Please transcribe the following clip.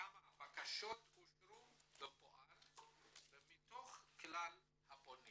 כמה בקשות אושרו בפועל ומתוך כלל הפונים